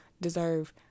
deserve